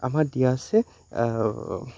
আমাৰ দিয়া আছে